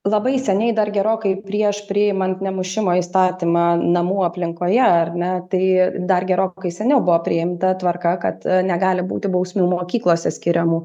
labai seniai dar gerokai prieš priimant nemušimo įstatymą namų aplinkoje ar ne tai dar gerokai seniau buvo priimta tvarka kad negali būti bausmių mokyklose skiriamų